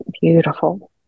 Beautiful